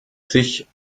sich